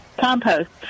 Compost